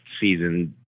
season